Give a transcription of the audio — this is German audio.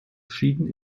schieden